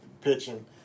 pitching